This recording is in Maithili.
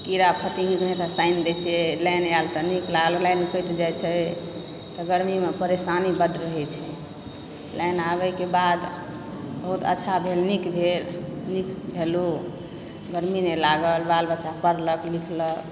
कीड़ा फतिंगी नहि तऽ सानि दय छियै लाइन आयल तऽ नीक लागल लाइन कटि जाइत छै तऽ गर्मीमे परेशानी बड्ड रहैत छै लाइन आबयके बाद बहुत अच्छा भेल नीक भेल नीकसँ खेलहुँ गर्मी नहि लागल बाल बच्चा पढ़लक लिखलक